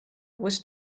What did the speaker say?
was